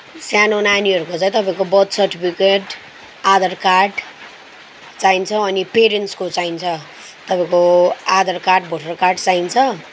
सानो नानीहरूको चाहिँ तपाईँको बर्थ सर्टिफिकेट आधार कार्ड चाहिन्छ अनि पेरेन्ट्सको चाहिन्छ तपाईँको आधार कार्ड भोटर कार्ड चाहिन्छ